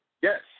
Yes